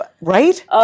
right